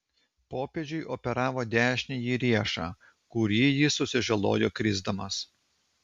popiežiui operavo dešinįjį riešą kurį jis susižalojo krisdamas